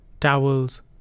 towels